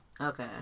Okay